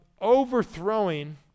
overthrowing